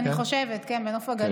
אני חושבת, כן, בנוף הגליל.